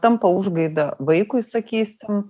tampa užgaida vaikui sakysim